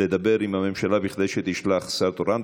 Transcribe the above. לדבר עם הממשלה כדי שתשלח שר תורן.